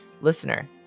listener